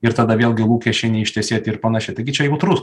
ir tada vėlgi lūkesčiai neištesėti ir panašiai taigi čia jautrus